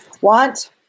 want